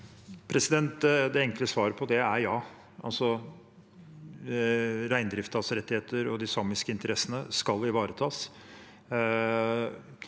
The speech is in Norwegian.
Det enkle svaret på det er ja. Reindriftens rettigheter og de samiske interessene skal ivaretas.